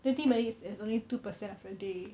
twenty minutes is only two percent of your day